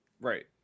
right